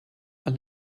are